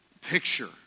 picture